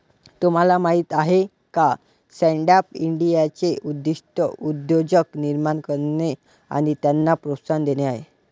तुम्हाला माहीत आहे का स्टँडअप इंडियाचे उद्दिष्ट उद्योजक निर्माण करणे आणि त्यांना प्रोत्साहन देणे आहे